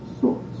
sorts